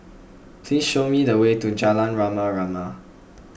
please show me the way to Jalan Rama Rama